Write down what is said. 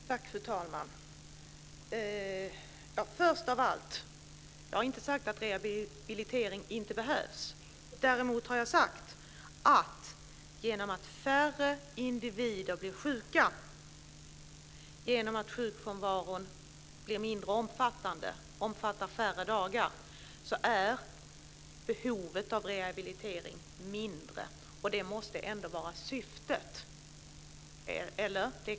Fru talman! Först av allt: Jag har inte sagt att rehabilitering inte behövs. Däremot har jag sagt att behovet av rehabilitering blir mindre om färre individer blir sjuka och sjukfrånvaron mindre omfattande. Det måste ändå vara syftet.